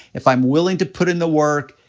if i'm willing to put in the work,